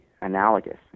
analogous